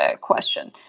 question